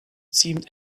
seemed